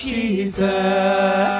Jesus